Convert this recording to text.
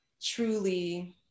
truly